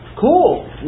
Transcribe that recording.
cool